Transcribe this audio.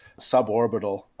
suborbital